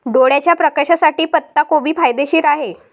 डोळ्याच्या प्रकाशासाठी पत्ताकोबी फायदेशीर आहे